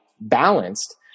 Balanced